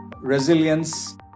Resilience